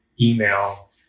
email